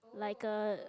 like a